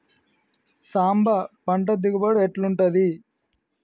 సాంబ పంట దిగుబడి ఎట్లుంటది?